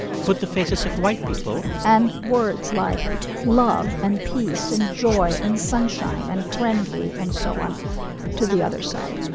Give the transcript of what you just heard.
put the faces of white people and words like love and peace and joy and sunshine and friendly and so on to the other side.